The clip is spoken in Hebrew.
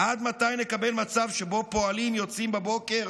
עד מתי נקבל מצב שבו פועלים יוצאים בבוקר